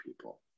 people